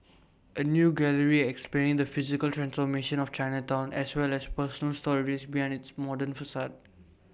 A new gallery explaining the physical transformation of Chinatown as well as personal stories behind its modern facade